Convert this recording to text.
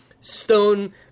stone